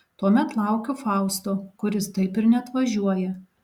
tuomet laukiu fausto kuris taip ir neatvažiuoja